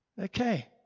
Okay